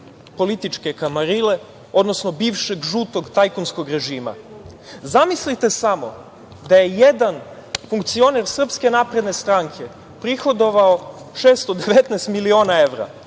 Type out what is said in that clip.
političke kamarile, odnosno bivšeg žutog tajkunskog režima. Zamislite samo da je jedan funkcioner SNS prihodovao 619 miliona evra